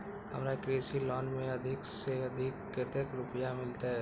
हमरा कृषि लोन में अधिक से अधिक कतेक रुपया मिलते?